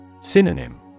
Synonym